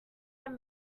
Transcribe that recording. had